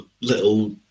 little